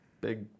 big